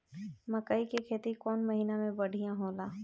मकई के खेती कौन महीना में बढ़िया होला?